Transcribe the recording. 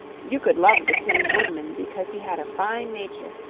you could love the tin woodman because he had a fine nature,